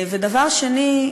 ודבר שני,